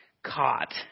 Caught